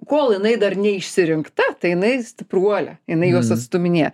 kol jinai dar ne išsirinkta tai jinai stipruolė jinai juos atstūminėja